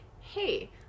Hey